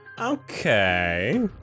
Okay